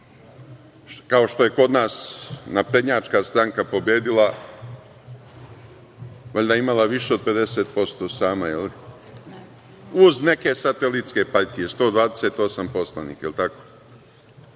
kao što je kod nas naprednjačka stranka pobedila, valjda je imala više od 50% sama, uz neke satelitske partije, 128 poslanika,